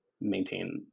maintain